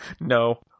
No